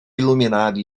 iluminado